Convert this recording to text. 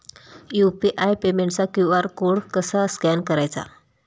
UPI पेमेंटचा QR code कसा scan करायचा?